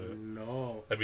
no